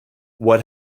what